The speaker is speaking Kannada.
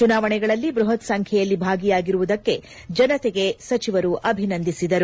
ಚುನಾವಣೆಗಳಲ್ಲಿ ಬೃಹತ್ ಸಂಖ್ಯೆಯಲ್ಲಿ ಭಾಗಿಯಾಗಿರುವುದಕ್ಕೆ ಜನತೆಗೆ ಸಚಿವರು ಅಭಿನಂದಿಸಿದರು